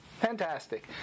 Fantastic